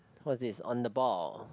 what is this on the ball